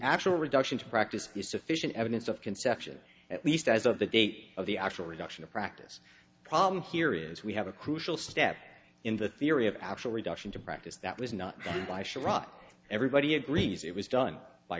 actual reduction to practice is sufficient evidence of conception at least as of the date of the actual reduction of practice problem here is we have a crucial step in the theory of actual reduction to practice that was not by sharod everybody agrees it was done by